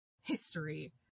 history